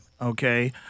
okay